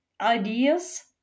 ideas